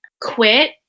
Quit